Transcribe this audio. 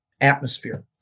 atmosphere